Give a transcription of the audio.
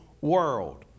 world